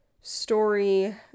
story